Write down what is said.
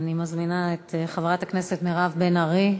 אני מזמינה את חברת הכנסת מירב בן ארי.